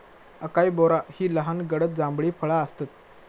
acai berry ही लहान गडद जांभळी फळा आसतत